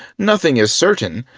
nothing is certain,